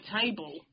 table